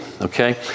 okay